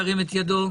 ירים את ידו.